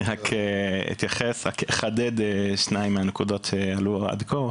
אני רק אתייחס ואחדד שתיים מהנקודות שהעלו עד כה.